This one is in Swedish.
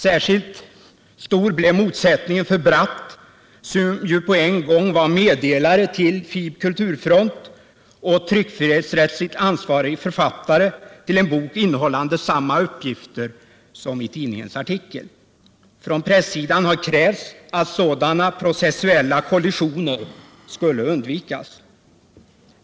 Särskilt stor blev motsättningen för Bratt, som ju på en gång var meddelare till FiB-Kulturfront och tryckfrihetsrättslig ansvarig författare till en bok innehållande samma uppgifter som i tidningens artikel. Från pressidan har krävts att sådana processuella kollisioner skulle undvikas.